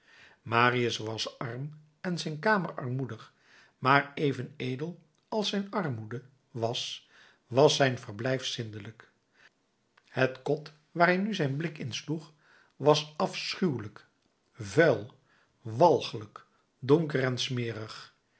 marius was arm en zijn kamer armoedig maar even edel als zijn armoede was was zijn verblijf zindelijk het kot waar hij nu zijn blik insloeg was afschuwelijk vuil walgelijk donker en smerig